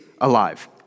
alive